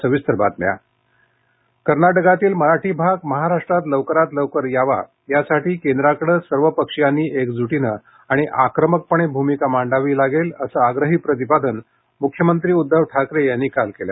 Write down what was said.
सीमा प्रश्न मख्यमंत्री कर्नाटकातला मराठी भाग महाराष्ट्रात लवकरात लवकर यावा यासाठी केंद्राकडं सर्वपक्षीयांनी एकजूटीने आणि आक्रमकपणे भूमिका मांडावी लागेल असं आग्रही प्रतिपादन मुख्यमंत्री उद्धव ठाकरे यांनी काल केलं